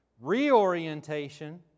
Reorientation